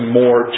more